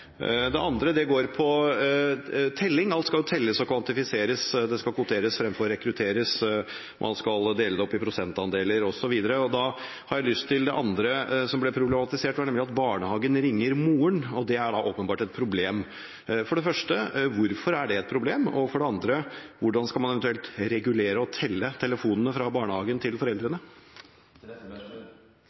Det andre går på telling. Alt skal jo telles og kvantifiseres, det skal kvoteres fremfor rekrutteres, man skal dele det opp i prosentandeler, osv. Og her ble det nemlig problematisert at barnehagen ringer moren – og det er da åpenbart et problem. For det første: Hvorfor er det et problem? For det andre: Hvordan skal man eventuelt regulere og telle telefonene fra barnehagen til foreldrene?